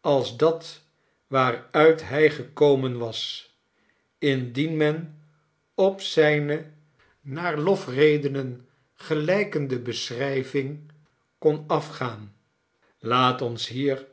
als dat waaruit hij gekomen was indien men op zijne naar lofredenen gelijkende beschrijvingen kon afgaan laat ons hier